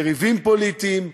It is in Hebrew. יריבים פוליטיים,